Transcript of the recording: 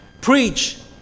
preach